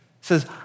says